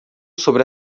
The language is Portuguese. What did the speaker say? sobre